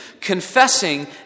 confessing